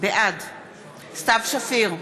בעד סתיו שפיר,